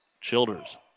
Childers